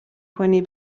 کنی